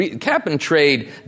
Cap-and-trade